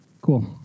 Cool